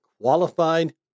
qualified